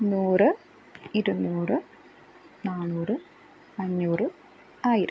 നൂറ് ഇരുന്നൂറ് നാന്നൂറ് അഞ്ഞൂറ് ആയിരം